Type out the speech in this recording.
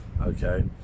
Okay